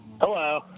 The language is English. Hello